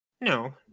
No